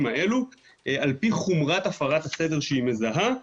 האלה עלפי חומרת הפרת הסדר שהיא מזהה,